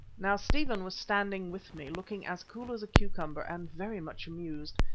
now, stephen was standing with me, looking as cool as a cucumber and very much amused,